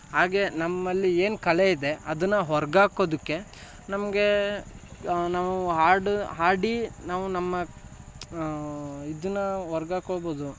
ಅನ್ನೋದು ಒಂದು ಇಷ್ಟ ಹಾಗೆ ನಮ್ಮಲ್ಲಿ ಏನು ಕಲೆ ಇದೆ ಅದನ್ನು ಹೋರಹಾಕೋದಕ್ಕೆ ನಮಗೆ ನಾವು ಹಾಡು ಹಾಡಿ ನಾವು ನಮ್ಮ ಇದನ್ನು ಹೊರ್ಗಾಕೋಬೋದು